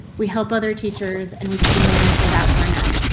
we help other teachers and we can manage without burnout.